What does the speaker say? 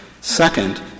Second